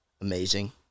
Amazing